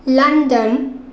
London